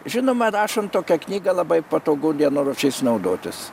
žinoma rašant tokią knygą labai patogu dienoraščiais naudotis